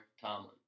Tomlin